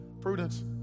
Prudence